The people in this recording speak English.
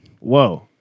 Whoa